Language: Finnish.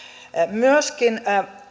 myöskin